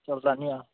चलदा निं ऐ